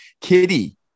Kitty